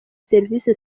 serivisi